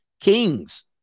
kings